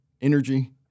energy